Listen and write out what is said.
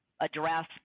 address